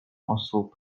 osób